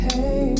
Hey